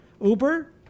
Uber